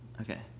Okay